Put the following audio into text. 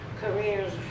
careers